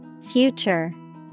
Future